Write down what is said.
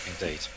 indeed